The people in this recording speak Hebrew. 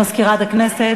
הודעה למזכירת הכנסת.